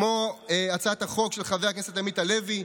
כמו הצעת החוק של חבר הכנסת עמית הלוי,